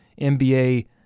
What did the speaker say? NBA